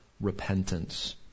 repentance